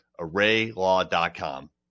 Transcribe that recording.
ArrayLaw.com